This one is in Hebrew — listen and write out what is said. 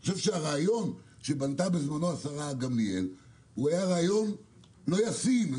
לדעתי, הרעיון של השרה גמליאל היה רעיון לא ישים.